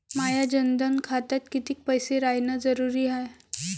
माया जनधन खात्यात कितीक पैसे रायन जरुरी हाय?